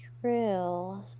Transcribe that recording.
True